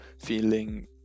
feeling